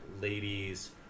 ladies